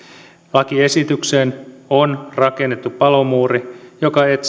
lakiesitykseen on rakennettu palomuuri joka